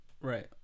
right